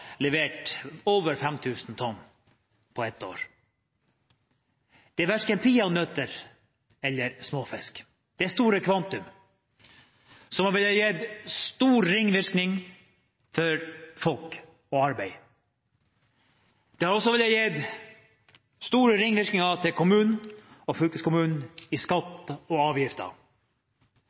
levert over 5 000 tonn på ett år. Det er verken «peanøtter» eller småfisk, det er store kvantum som kunne gitt arbeid og store ringvirkninger for folk. Det hadde også gitt store ringvirkninger for kommunen og fylkeskommunen i skatt og avgifter.